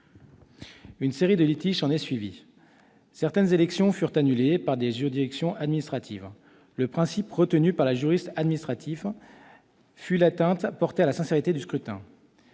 Une série de litiges en a résulté. Certaines élections furent annulées par les juridictions administratives. Le principe retenu par la justice administrative fut l'atteinte portée à la sincérité du scrutin.